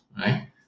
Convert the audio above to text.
right